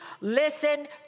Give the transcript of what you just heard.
listen